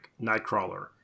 nightcrawler